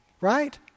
right